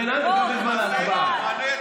בוא תצביע בעד.